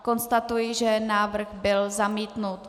Konstatuji, že návrh byl zamítnut.